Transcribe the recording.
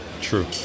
True